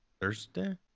Thursday